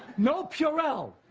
no purel.